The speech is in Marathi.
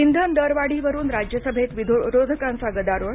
इंधन दरवाढीवरुन राज्यसभेत विरोधकांचा गदारोळ